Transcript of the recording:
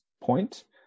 point